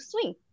swing